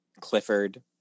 Clifford